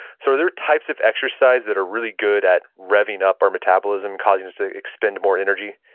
so are there types of exercise that are really good at revving up our metabolism, causing us to expend more energy?